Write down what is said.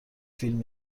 فیلم